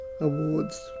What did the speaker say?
Awards